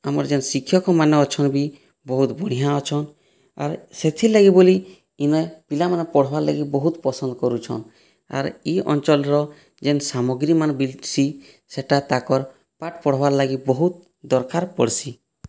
ଆମର୍ ଯେନ୍ ଶିକ୍ଷକମାନେ ଅଛନ୍ ବି ବହୁତ୍ ବଢ଼ିଁଆ ଅଛନ୍ ଆର୍ ସେଥିର୍ ଲାଗି ବୋଲି ଇନେ ପିଲାମାନେ ପଢ଼୍ବାର୍ ଲାଗି ବହୁତ୍ ପସନ୍ଦ୍ କରୁଛନ୍ ଆର୍ ଇ ଅଞ୍ଚଳ୍ର ଯେନ୍ ସାମଗ୍ରୀମାନେ ମିଲ୍ସି ସେଟା ତାଙ୍କର୍ ପାଠ ପଢ଼୍ବାର୍ ଲାଗି ବହୁତ୍ ଦର୍କାର୍ ପଡ଼୍ସି